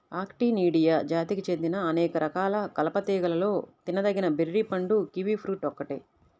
Actinidia జాతికి చెందిన అనేక రకాల కలప తీగలలో తినదగిన బెర్రీ పండు కివి ఫ్రూట్ ఒక్కటే